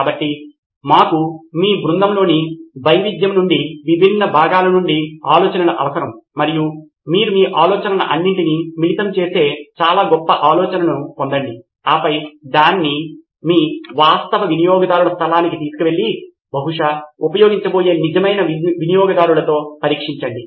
కాబట్టి మాకు మీ బృందంలోని వైవిధ్యం నుండి విభిన్న విభాగాల నుండి ఆలోచనలు అవసరం మరియు మీరు ఈ ఆలోచనలన్నింటినీ మిళితం చేసి చాలా గొప్ప ఆలోచనను పొందండి ఆపై దాన్ని మీ వాస్తవ వినియోగదారుల స్థలానికి తీసుకెళ్ళి బహుశా ఉపయోగించబోయే నిజమైన వినియోగదారులతో పరీక్షించండి